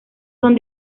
son